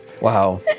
Wow